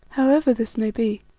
however this may be,